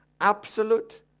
Absolute